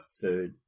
third